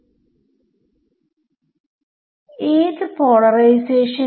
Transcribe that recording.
ഞാൻ ഇത് എഴുതുമ്പോൾ ടയിലേർസ് സിദ്ധാന്തംTaylors theoremഉപയോഗിക്കും